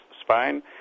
Spain